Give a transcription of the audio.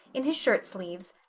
in his shirt sleeves,